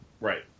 Right